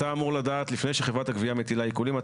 לפני שחברת הגבייה מטילה עיקולים,